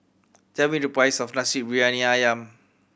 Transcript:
tell me the price of Nasi Briyani Ayam